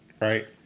right